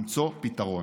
למצוא פתרון.